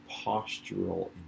postural